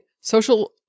Social